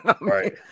Right